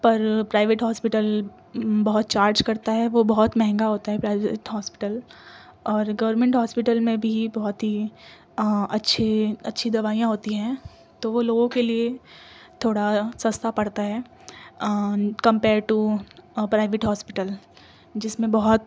پر private hospital بہت charge کرتا ہے وہ بہت مہنگا ہوتا ہے پرائیویٹ ہاسپٹل اور گورنمنٹ ہاسپٹل میں بھی بہت ہی اچھی اچھی دوائیاں ہوتی ہیں تو وہ لوگوں کے لیے تھوڑا سستا پڑتا ہے کمپیئر ٹو پرائیویٹ ہاسپٹل جس میں بہت